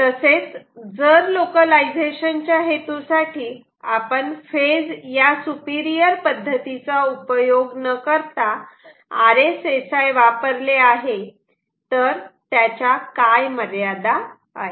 तसेच जर लोकलायझेशन च्या हेतूसाठी आपण फेज या सुपिरियर पद्धतीचा उपयोग न करता RSSI वापरले आहे तर त्याच्या काय मर्यादा आहेत